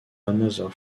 another